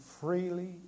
freely